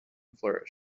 flourish